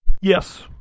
Yes